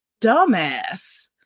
dumbass